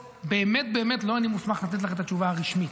באמת באמת לא אני מוסמך לתת לך את התשובה הרשמית,